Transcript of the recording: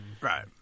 Right